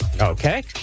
Okay